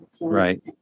right